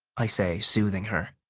i say, soothing her.